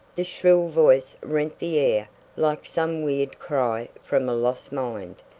the shrill voice rent the air like some weird cry from a lost mind.